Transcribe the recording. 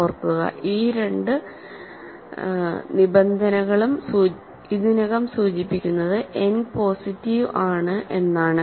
ഓർക്കുക ഈ രണ്ട് നിബന്ധനകളും ഇതിനകം സൂചിപ്പിക്കുന്നത് n പോസിറ്റീവ് ആണ് എന്നാണ്